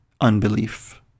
unbelief